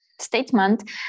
statement